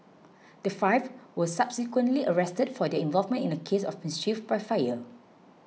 the five were subsequently arrested for their involvement in a case of mischief by fire